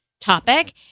topic